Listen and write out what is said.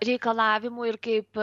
reikalavimų ir kaip